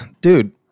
dude